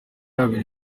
yabo